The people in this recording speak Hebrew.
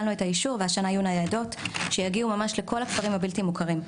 יש אישור והשנה יהיו ניידות שיגיעו לכל הכפרים הבלתי מוכרים.